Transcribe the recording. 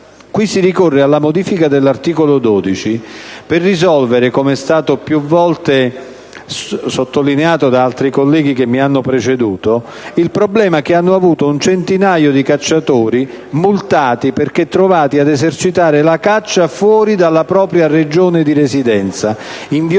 Qui si ricorre alla modifica dell'articolo 12 per risolvere - come sottolineato più volte dai colleghi che mi hanno preceduto - il problema che hanno avuto un centinaio di cacciatori multati perché trovati ad esercitare la caccia fuori dalla propria regione di residenza in violazione